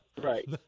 right